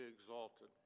exalted